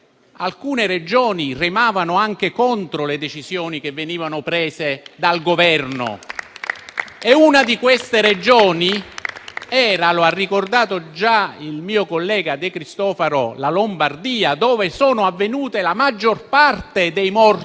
alcune Regioni remavano anche contro le decisioni che venivano prese dal Governo. Una di queste Regioni - lo ha ricordato già il mio collega De Cristofaro - era la Lombardia, dove c'è stata la maggior parte dei morti